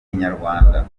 inyarwanda